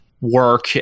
work